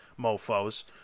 mofo's